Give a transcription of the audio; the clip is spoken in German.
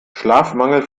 schlafmangel